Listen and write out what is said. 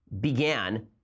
began